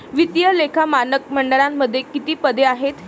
वित्तीय लेखा मानक मंडळामध्ये किती पदे आहेत?